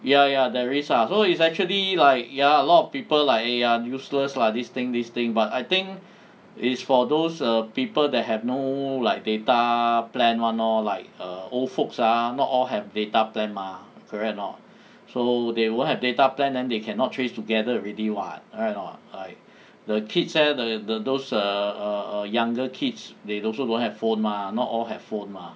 ya ya there is ah so it's actually like ya a lot of people like eh ya useless lah this thing this thing but I think it is for those err people that have no like data plan [one] lor like err old folks ah not all have data plan mah correct or not so they don't have data plan and they cannot trace together already what right or not like the kids eh the those err err err younger kids they also don't have phone mah not all have phone mah